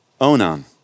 Onan